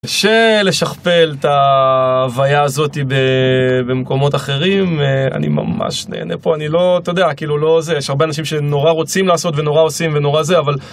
שלשכפל את ההוויה הזאת במקומות אחרים, אני ממש נהנה פה. אני לא, אתה יודע, כאילו, יש הרבה אנשים שנורא רוצים לעשות ונורא עושים ונורא זה, אבל...